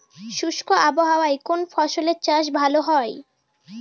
শুষ্ক আবহাওয়ায় কোন ফসলের চাষ ভালো হয়?